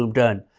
um done.